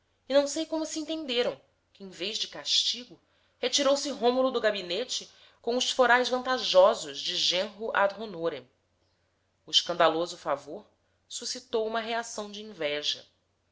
e não sei como se entenderam que em vez de castigo retirou-se rômulo do gabinete com os forais vantajosos de genro ad honorem o escandaloso favor suscitou uma reação de inveja